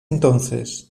entonces